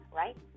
right